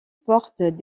portent